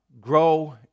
grow